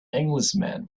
englishman